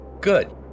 Good